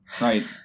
Right